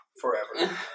forever